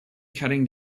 cutting